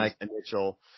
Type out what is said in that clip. initial